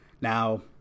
Now